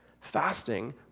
Fasting